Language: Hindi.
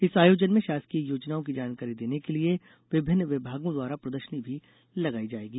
इस आयोजन में शासकीय योजनाओं की जानकारी देने के लिए विभिन्न विभागों द्वारा प्रदर्शनी भी लगाई जायेगी